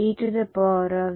kie xE02ejki